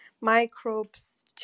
microbes